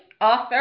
author